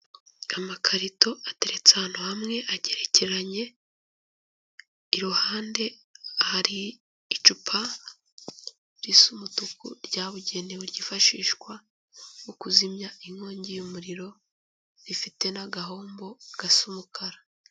Amakarito ateretse ahantu hamwe agerekeranye. Iruhande hari icupa risa umutuku ryabugenewe ryifashishwa mu kuzimya inkongi y'umuriro. Rifite n'agahombo gasa umukara.